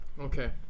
Okay